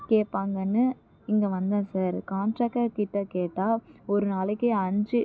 கேட்பாங்கன்னு இங்கே வந்தேன் sir contractor கிட்டே கேட்டால் ஒரு நாளைக்கு அஞ்சு